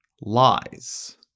lies